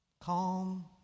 Calm